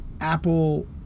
Apple